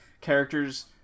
characters